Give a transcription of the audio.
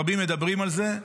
רבים מדברים על זה,